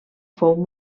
fou